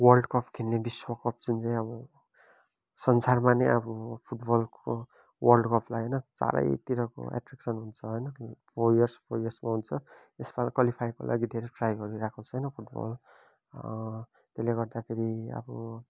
world cup खेल्ने विश्वकप जुन चाहिँ अब संसारमा नै अब फुटबलको वर्ल्ड कपलाई होइन चारैतिरको एट्रेक्सन हुन्छ होइन फोर इयर्स फोर यर्समा हुन्छ यसपल्ट क्वालिफाइको लागि धेरै ट्राई गरिरहेको छ होइन फुटबल त्यले गर्दाखेरि अब